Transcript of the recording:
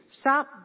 Stop